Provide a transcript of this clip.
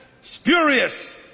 spurious